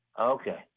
Okay